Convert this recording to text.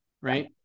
Right